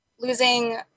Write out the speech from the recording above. losing